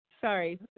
Sorry